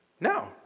No